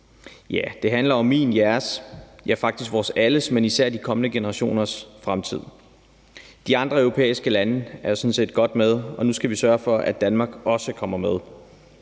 Ja, det handler om min, jeres, ja, faktisk vores alles, men især også de kommende generationers fremtid. De andre europæiske lande er jo sådan set godt med, og nu skal vi sørge for, at Danmark også kommer med.